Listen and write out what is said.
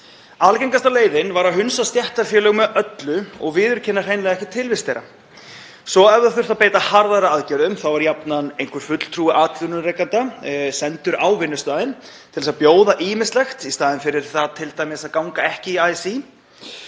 Algengasta leiðin var að hunsa stéttarfélög með öllu og viðurkenna hreinlega ekki tilvist þeirra. Svo ef það þurfti að beita harðari aðgerðum var jafnan einhver fulltrúi atvinnurekanda sendur á vinnustaðinn til að bjóða ýmislegt í staðinn fyrir það t.d. að ganga ekki í ASÍ,